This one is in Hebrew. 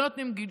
לא נותנים גישה,